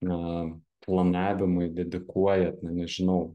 na planavimui dedikuojat na nežinau